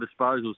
disposals